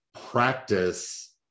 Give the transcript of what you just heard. practice